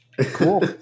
cool